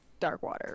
Darkwater